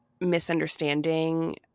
misunderstanding